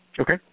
Okay